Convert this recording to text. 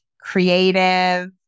creative